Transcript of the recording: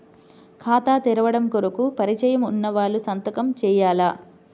ఖాతా తెరవడం కొరకు పరిచయము వున్నవాళ్లు సంతకము చేయాలా?